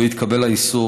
לו יתקבל האיסור,